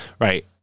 Right